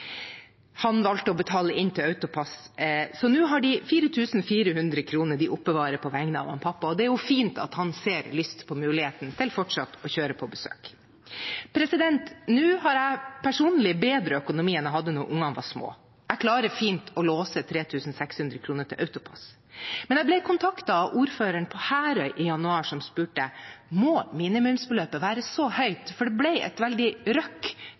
Han valgte å betale inn til AutoPASS, så nå har de 4 400 kr de oppbevarer på vegne av pappa, og det er jo fint at han ser lyst på muligheten til fortsatt å kjøre på besøk. Nå har jeg personlig bedre økonomi enn jeg hadde da ungene var små. Jeg klarer fint å låse 3 600 kr til AutoPASS. Men i januar ble jeg kontaktet av ordføreren på Herøy, som spurte: Må minimumsbeløpet være så høyt? For det ble et veldig